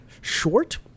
short